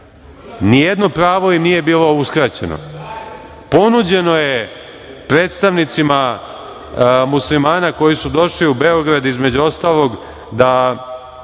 Ni jedno pravo im nije bilo uskraćeno. Ponuđeno je predstavnicima muslimana koji su došli u Beograd, između ostalog, da